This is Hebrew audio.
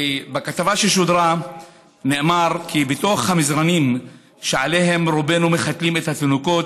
בכתבה ששודרה נאמר כי בתוך המזרנים שעליהם רובנו מחתלים את התינוקות,